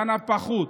בנפחות,